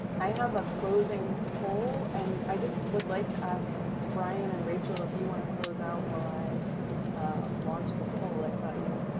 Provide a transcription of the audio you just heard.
i have a closing poll, and i just would like to ask brian and rachel, if you want to close out while i launch the poll, i thought you,